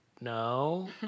no